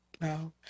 no